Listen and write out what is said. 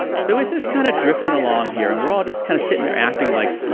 so, this this kind of drifting along here, and we're all just kind of sitting there acting like.